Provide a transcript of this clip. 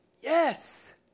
Yes